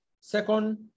Second